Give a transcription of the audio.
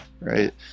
Right